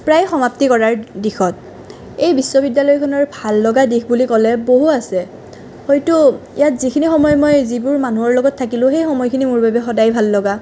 প্ৰায় সমাপ্তি কৰাৰ দিশত এই বিশ্ববিদ্যালয়খনৰ ভাল লগা দিশ বুলি ক'লে বহু আছে হয়তো ইয়াত যিখিনি সময় মই যিবোৰ মানুহৰ লগত থাকিলোঁ সেই সময়খিনি সদায় ভাল লগা